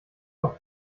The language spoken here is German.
doch